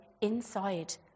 inside